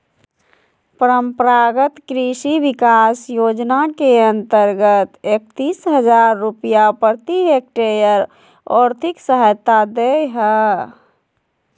परम्परागत कृषि विकास योजना के अंतर्गत एकतीस हजार रुपया प्रति हक्टेयर और्थिक सहायता दे हइ